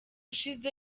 ushize